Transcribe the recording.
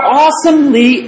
awesomely